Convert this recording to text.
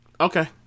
Okay